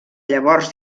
llavors